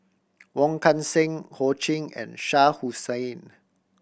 Wong Kan Seng Ho Ching and Shah Hussain